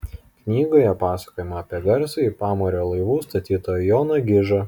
knygoje pasakojama apie garsųjį pamario laivų statytoją joną gižą